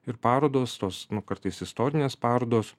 ir parodos tos kartais istorinės parodos